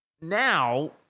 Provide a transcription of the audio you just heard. now